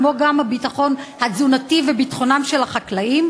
כמו גם הביטחון התזונתי וביטחונם של החקלאים,